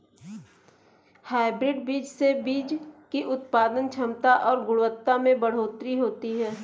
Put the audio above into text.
hybrid बीज से बीज की उत्पादन क्षमता और गुणवत्ता में बढ़ोतरी होती है